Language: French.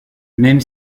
même